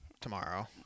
tomorrow